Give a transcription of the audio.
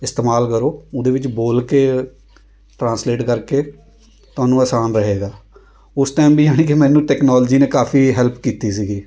ਇਸਤੇਮਾਲ ਕਰੋ ਉਹਦੇ ਵਿੱਚ ਬੋਲ ਕੇ ਟ੍ਰਾਂਸਲੇਟ ਕਰਕੇ ਤੁਹਾਨੂੰ ਅਸਾਨ ਰਹੇਗਾ ਉਸ ਟਾਈਮ ਵੀ ਐਂ ਏ ਕਿ ਮੈਨੂੰ ਟੈਕਨੋਲਜੀ ਨੇ ਕਾਫ਼ੀ ਹੈਲਪ ਕੀਤੀ ਸੀਗੀ